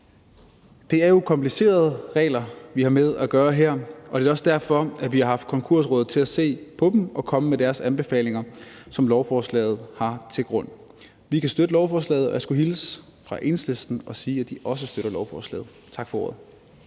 Det er jo komplicerede regler, vi har med at gøre her, og det er også derfor, at vi har haft Konkursrådet til at se på dem og komme med deres anbefalinger, som ligger til grund for lovforslaget. Vi kan støtte lovforslaget. Og jeg skulle hilse fra Enhedslisten og sige, at de også støtter lovforslaget. Tak for ordet.